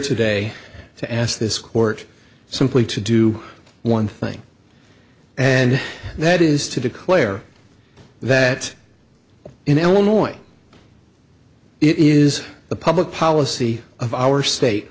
today to ask this court simply to do one thing and that is to declare that in illinois it is the public policy of our state